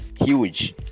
huge